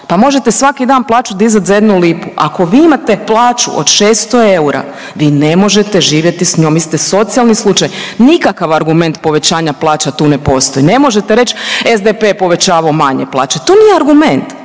pa možete svaki dan dizati plaću za 1 lipu. Ako vi imate plaću od 600 eura vi ne možete živjeti s njom, vi ste socijalni slučaj. Nikakav argument povećanja plaća tu ne postoji. Ne možete reći SDP je povećavao manje plaće. To nije argument.